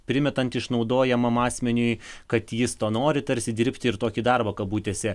primetant išnaudojamam asmeniui kad jis to nori tarsi dirbti ir tokį darbą kabutėse